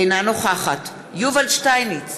אינה נוכחת יובל שטייניץ,